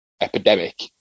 epidemic